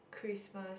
Christmas